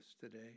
today